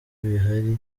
bihari